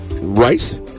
Rice